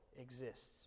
exists